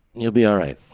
you'll be all right.